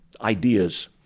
ideas